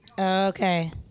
Okay